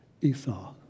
Esau